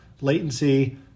latency